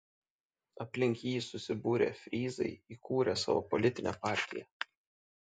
aplink jį susibūrę fryzai įkūrė savo politinę partiją